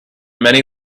many